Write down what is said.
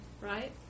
right